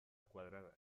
cuadrada